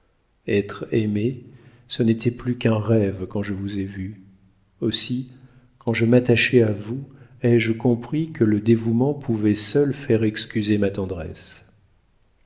être aimé ce n'était plus qu'un rêve quand je vous ai vue aussi quand je m'attachai à vous ai-je compris que le dévouement pouvait seul faire excuser ma tendresse